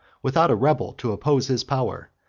without a rebel to oppose his power,